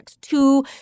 two